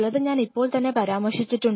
ചിലത് ഞാൻ ഇപ്പോൾ തന്നെ പരാമർശിച്ചിട്ടുണ്ട്